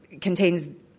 contains